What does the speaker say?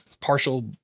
partial